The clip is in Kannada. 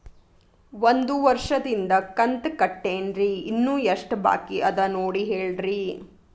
ಒಂದು ವರ್ಷದಿಂದ ಕಂತ ಕಟ್ಟೇನ್ರಿ ಇನ್ನು ಎಷ್ಟ ಬಾಕಿ ಅದ ನೋಡಿ ಹೇಳ್ರಿ